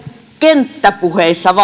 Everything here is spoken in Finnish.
kenttäpuheissanne